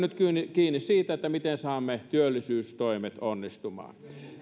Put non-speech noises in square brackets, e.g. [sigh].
[unintelligible] nyt kiinni siitä miten saamme työllisyystoimet onnistumaan